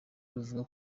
ruvuga